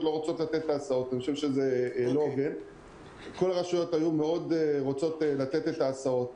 כל הרשויות היו רוצות לתת את ההסעות.